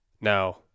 Now